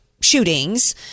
shootings